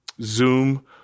Zoom